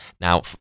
Now